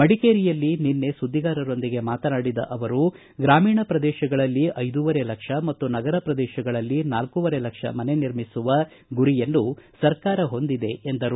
ಮಡಿಕೇರಿಯಲ್ಲಿ ನಿನ್ನೆ ಸುದ್ದಿಗಾರರೊಂದಿಗೆ ಮಾತನಾಡಿದ ಅವರು ಗ್ರಾಮೀಣ ಪ್ರದೇಶಗಳಲ್ಲಿ ಐದೂವರೆ ಲಕ್ಷ ಮತ್ತು ನಗರ ಪ್ರದೇಶಗಳಲ್ಲಿ ನಾಲೂವರೆ ಲಕ್ಷ ಮನೆ ನಿರ್ಮಿಸುವ ಗುರಿಯನ್ನು ಸರ್ಕಾರ ಹೊಂದಿದೆ ಎಂದರು